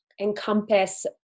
encompass